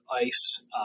ice